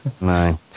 No